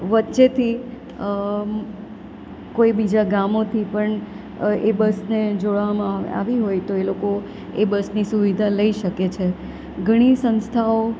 વચ્ચેથી કોઈ બીજા ગામોથી પણ એ બસને જોડવામાં આવી હોય તો એ લોકો એ બસની સુવિધા લઈ શકે છે ઘણી સંસ્થાઓ